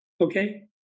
okay